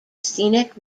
scenic